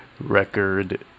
Record